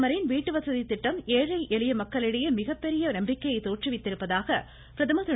பிரதமரின் வீட்டுவசதி திட்டம் ஏழை எளிய மக்களிடையே மிகப்பெரிய நம்பிக்கையை தோற்றுவித்திருப்பதாக பிரதமர் திரு